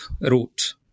root